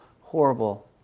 horrible